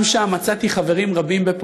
גם שם, בפולין, מצאתי חברים רבים.